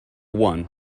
one